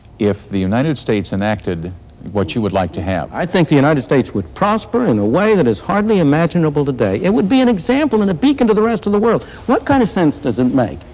if the united states enacted what you would like to have? i think the united states would prosper in a way that is hardly imaginable today. it would be an example and a beacon to the rest of the world. what kind of sense does it make,